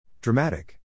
Dramatic